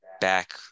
back